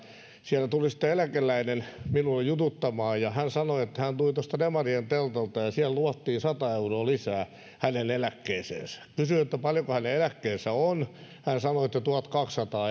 siellä tuli sitten eläkeläinen minua jututtamaan ja hän sanoi että hän tuli tuosta demarien teltalta ja siellä luvattiin sata euroa lisää hänen eläkkeeseensä kysyin paljonko hänen eläkkeensä on hän sanoi että tuhatkaksisataa